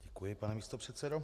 Děkuji, pane místopředsedo.